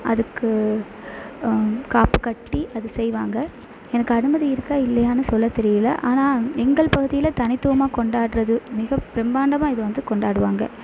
அதுக்கு காப்பு கட்டி அது செய்வாங்க எனக்கு அனுமதி இருக்கா இல்லையானு சொல்ல தெரியலை ஆனால் எங்கள் பகுதியில் தனித்துவமாக கொண்டாடுறது மிக பிரம்மாண்டமாக இதை வந்து கொண்டாடுவாங்க